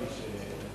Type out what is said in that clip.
בבקשה.